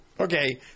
Okay